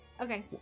okay